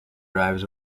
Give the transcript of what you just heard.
drives